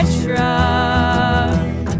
truck